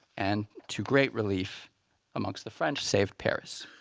and, to great relief amongst the french, saved paris.